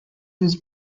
was